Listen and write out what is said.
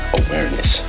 awareness